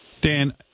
Dan